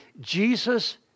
Jesus